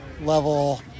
level